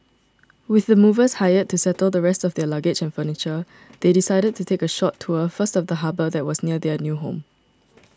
with the movers hired to settle the rest of their luggage and furniture they decided to take a short tour first of the harbour that was near their new home